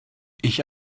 ich